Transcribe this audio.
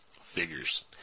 Figures